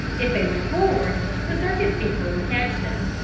if they went forward the circus people would catch them,